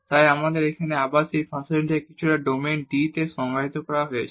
তাই আমাদের আবার সেই ফাংশনটি কিছু ডোমেইন D তে সংজ্ঞায়িত করা হয়েছে